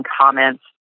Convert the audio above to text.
comments